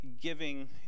giving